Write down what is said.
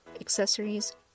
accessories